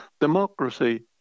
Democracy